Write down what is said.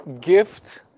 gift